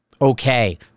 Okay